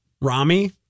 Rami